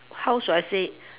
how should I say it